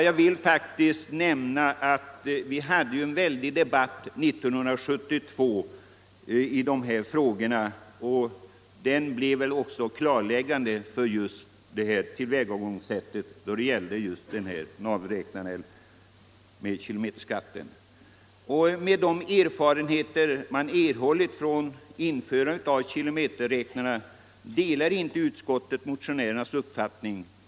Jag vill nämna att vi hade en stor debatt 1972 i dessa frågor. Den debatten blev väl också klarläggande för just tillvägagångssättet då det gäller navräknarna och kilometerskatten. Med hänsyn till de erfarenheter som vunnits efter införandet av kilometerräknare delar inte utskottet motionärernas uppfattning.